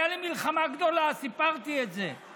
הייתה לי מלחמה גדולה, סיפרתי את זה.